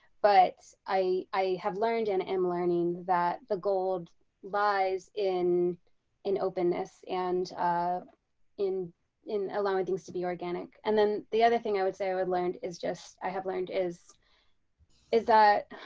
but i i have learned an am learning that the gold lies in in openness and um in in allowing things to be organic and then the other thing i would say i would learned is just i have learned is is that,